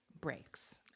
breaks